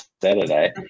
saturday